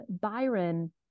Byron